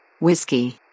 Whiskey